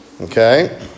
Okay